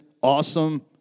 awesome